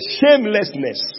shamelessness